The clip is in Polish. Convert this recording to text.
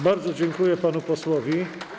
Bardzo dziękuję panu posłowi.